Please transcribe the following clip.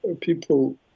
people